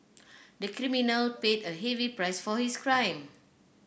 the criminal paid a heavy price for his crime